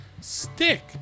stick